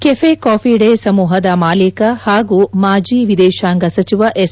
cafe coffee day ಸಮೂಹದ ಮಾಲೀಕ ಹಾಗೂ ಮಾಜಿ ವಿದೇಶಾಂಗ ಸಚಿವ ಎಸ್